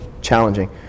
challenging